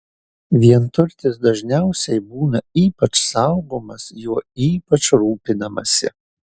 vienturtis dažniausiai būna ypač saugomas juo ypač rūpinamasi